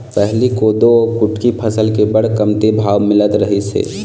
पहिली कोदो अउ कुटकी फसल के बड़ कमती भाव मिलत रहिस हे